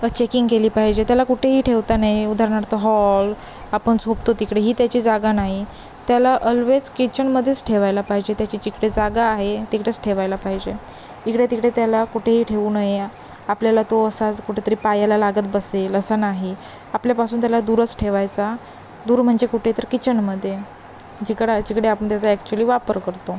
checking केली पाहिजे त्याला कुठेही ठेवता नाही उदाहरणार्थ हॉल आपण झोपतो तिकडेही त्याची जागा नाही त्याला अल्वेज किचनमध्येच ठेवायला पाहिजे त्याची जिकडे जागा आहे तिकडेच ठेवायला पाहिजे इकडे तिकडे त्याला कुठेही ठेऊ नये आपल्याला तो असाच कुठेतरी पायाला लागत बसेल असं नाही आपल्यापासून त्याला दूरच ठेवायचा दूर म्हणजे कुठे तर किचनमध्ये जिकडं जिकडे आपण त्याचा ॲक्च्युली वापर करतो